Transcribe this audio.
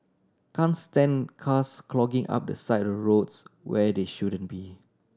can't stand cars clogging up the side of roads where they shouldn't be